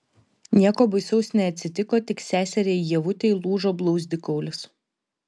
nieko baisaus neatsitiko tik seseriai ievutei lūžo blauzdikaulis